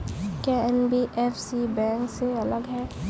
क्या NBFC bank से अलग है?